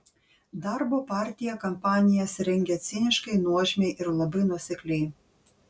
darbo partija kampanijas rengia ciniškai nuožmiai ir labai nuosekliai